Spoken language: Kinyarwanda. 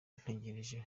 ntegereje